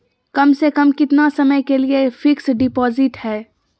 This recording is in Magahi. कम से कम कितना समय के लिए फिक्स डिपोजिट है?